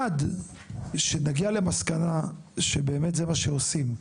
עד שנגיע למסקנה שבאמת זה מה שעושים,